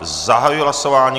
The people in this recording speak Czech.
Zahajuji hlasování.